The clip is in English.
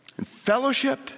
fellowship